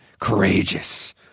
courageous